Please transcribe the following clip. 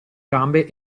gambe